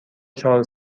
چهار